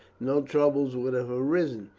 no troubles would have arisen,